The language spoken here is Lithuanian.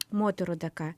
moterų dėka